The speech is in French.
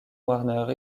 warner